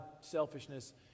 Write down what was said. selfishness